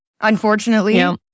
unfortunately